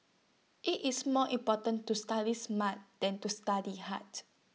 IT is more important to study smart than to study hard